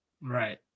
Right